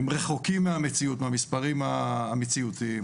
הם רחוקים מהמציאות, מהמספרים המציאותיים.